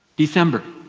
december,